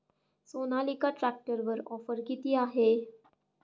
सोनालिका ट्रॅक्टरवर ऑफर किती आहे?